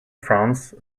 france